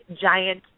giant